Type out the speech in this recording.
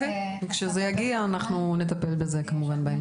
כשזה יגיע אנחנו נטפל בזה כמובן.